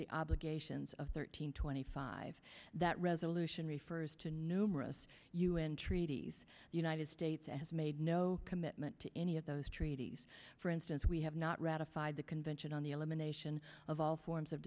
the obligations of thirteen twenty five that resolution refers to numerous u n treaties united states and has made no commitment to any of those treaties for instance we have not ratified the convention on the elimination of all forms of